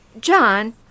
John